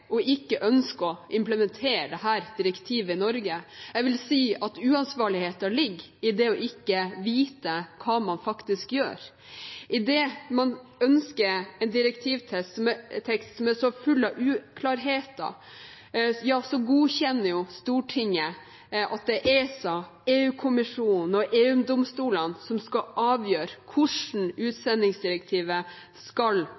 ikke å ønske å implementere dette direktivet i Norge. Jeg vil si at uansvarligheten ligger i det å ikke vite hva man faktisk gjør. Idet man ønsker en direktivtekst som er så full av uklarheter, godkjenner jo Stortinget at det er ESA, EU-kommisjonen og EU-domstolene som skal avgjøre hvordan utsendingsdirektivet skal